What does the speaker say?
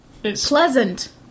pleasant